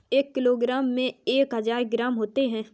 एक किलोग्राम में एक हजार ग्राम होते हैं